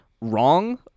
wrong